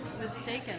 mistaken